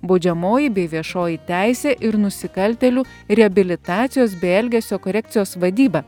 baudžiamoji bei viešoji teisė ir nusikaltėlių reabilitacijos bei elgesio korekcijos vadyba